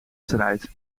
strijd